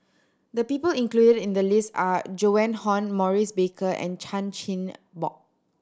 the people included in the list are Joan Hon Maurice Baker and Chan Chin Bock